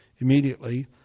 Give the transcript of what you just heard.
immediately